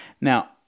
Now